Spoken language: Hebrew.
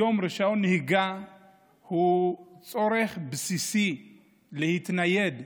היום רישיון נהיגה הוא צורך בסיסי להתנייד.